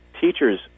teachers